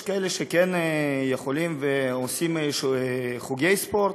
יש כאלה שכן יכולים ועושים חוגי ספורט,